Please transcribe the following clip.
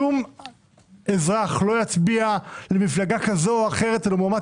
שום אזרח לא יצביע למפלגה כזו או אחרת או למועמד